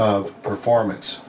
of performance